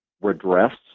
redress